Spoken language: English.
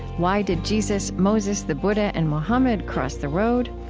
why did jesus, moses, the buddha, and mohammed cross the road?